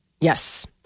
Yes